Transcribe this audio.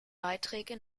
beiträge